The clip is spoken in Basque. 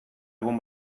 egun